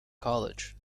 college